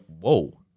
whoa